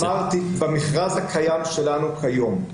אמרתי, במכרז הקיים שלנו כיום.